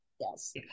Yes